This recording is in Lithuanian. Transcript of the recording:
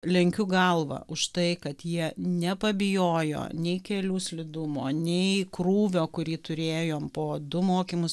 lenkiu galvą už tai kad jie nepabijojo nei kelių slidumo nei krūvio kurį turėjom po du mokymus